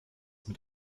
mit